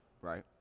Right